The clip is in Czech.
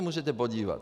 Můžete se podívat.